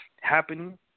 happening